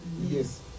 Yes